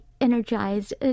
energized